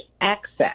access